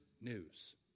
news